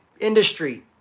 industry